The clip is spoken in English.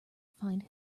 find